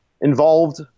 involved